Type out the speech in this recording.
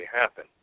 happen